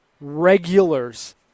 regulars